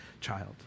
child